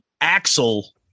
Axel